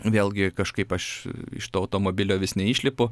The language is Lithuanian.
vėlgi kažkaip aš iš to automobilio vis neišlipu